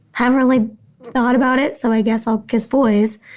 hadn't really thought about it. so i guess i'll kiss boys.